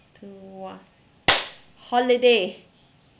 two one holiday